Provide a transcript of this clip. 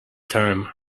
time